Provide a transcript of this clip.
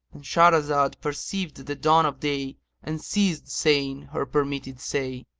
and shahrazad perceived the dawn of day and ceased saying her permitted say.